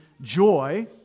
joy